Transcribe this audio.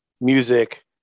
music